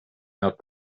out